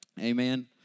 amen